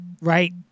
right